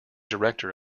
director